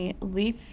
leaf